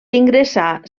ingressar